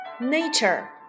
nature